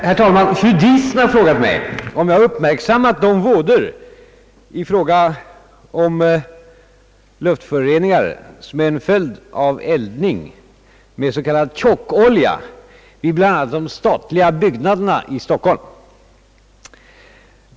Herr talman! Fru Diesen har frågat mig om jag uppmärksammat de vådor i fråga om luftföroreningar, som är en följd av eldning med s.k. tjockolja vid bl.a. de statliga byggnaderna i Stockholm.